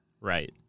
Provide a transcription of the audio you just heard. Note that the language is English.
Right